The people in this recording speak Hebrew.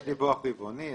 יש דיווח רבעוני,